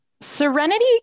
Serenity